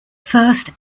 first